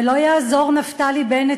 ולא יעזור נפתלי בנט,